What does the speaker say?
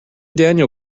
daniel